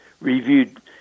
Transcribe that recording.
reviewed